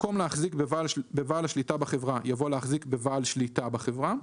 במקום "להחזיק בבעל השליטה בחברה" יבוא "להחזיק בבעל שליטה בחברה",